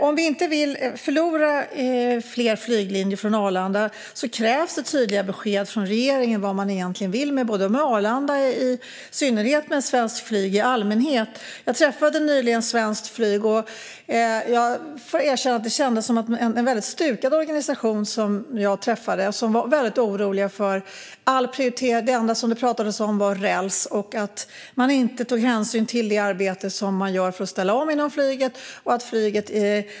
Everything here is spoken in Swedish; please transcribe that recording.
Om vi inte vill förlora fler flyglinjer från Arlanda krävs det tydliga besked från regeringen vad man egentligen vill med Arlanda i synnerhet och svenskt flyg i allmänhet. Jag träffade nyligen Svenskt Flyg och får erkänna att det kändes som en stukad organisation. De är oroliga över prioriteringen, då det enda man pratar om är räls och man inte tar hänsyn till det arbete som görs för att ställa om inom flyget.